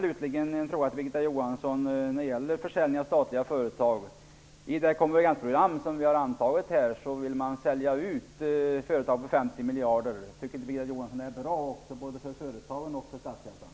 Slutligen har jag en fråga till Birgitta Johansson när det gäller försäljningen av statliga företag. I det konvergensprogram som vi har antagit vill man sälja ut företag för 50 miljarder. Tycker inte Birgitta Johansson att det är bra både för företagen och för statskassan?